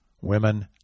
women